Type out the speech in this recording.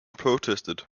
protested